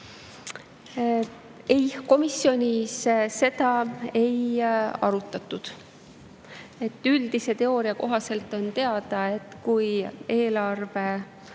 Ei, komisjonis seda ei arutatud. Üldise teooria kohaselt on teada, et kui eelarve